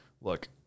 Look